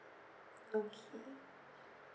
okay